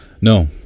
no